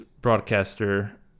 broadcaster